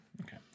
Okay